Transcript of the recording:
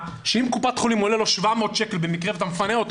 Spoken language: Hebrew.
שאם לקופת חולים עולה 700 שקל במקרה שמפנים את האדם,